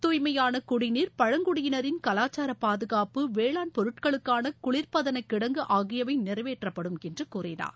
துய்மையான குடிநீர் பழங்குடியினரின் கலாச்சார பாதுகாப்பு வேளாண் பொருட்களுக்கான குளிர்பதன கிடங்கு ஆகியவை நிறைவேற்றப்படும் என்று கூறினார்